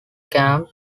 camp